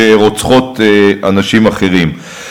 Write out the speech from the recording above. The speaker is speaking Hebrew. שרוצחות אנשים אחרים.